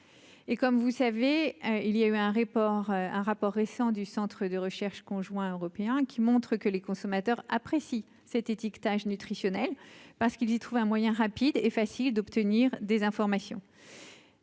Et comme vous savez, il y a eu un report, un rapport récent du Centre de recherche conjoints européens qui montrent que les consommateurs apprécient cet étiquetage nutritionnel parce qu'ils y trouvent un moyen rapide et facile d'obtenir des informations.